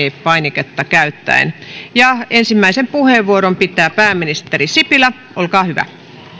painiketta käyttäen ensimmäisen puheenvuoron pitää pääministeri sipilä olkaa hyvä